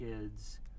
kids